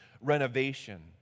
renovation